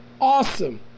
awesome